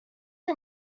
her